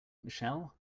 michelle